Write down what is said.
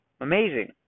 Amazing